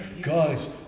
guys